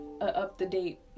up-to-date